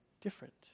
different